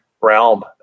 realm